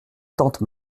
tante